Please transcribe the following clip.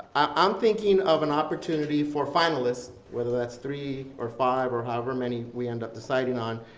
i'm thinking of an opportunity for finalists, whether that's three or five, or however many we end up deciding on,